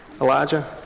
Elijah